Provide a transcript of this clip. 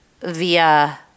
via